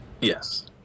yes